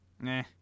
Nah